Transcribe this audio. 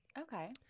Okay